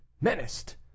menaced